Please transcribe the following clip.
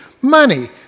money